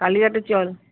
কালীঘাটে চল